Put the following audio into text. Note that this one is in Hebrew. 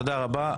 תודה רבה.